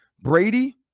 Brady